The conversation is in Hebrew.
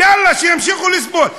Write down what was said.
יאללה, שימשיכו לסבול.